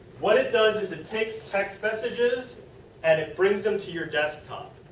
what it does is it takes text messages and it brings them to your desktop.